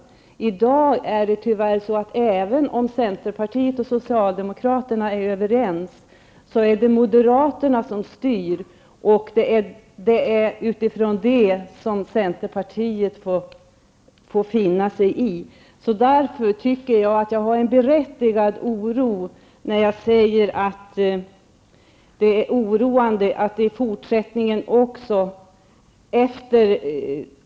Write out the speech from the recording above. Skillnaden i dag är att även om centern och socialdemokraterna är överens så är det moderaterna som styr, och det får centern finna sig i. I sitt inlägg talar Agne Hansson sig varm för behovet av samlingslokaler.